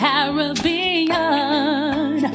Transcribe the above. Caribbean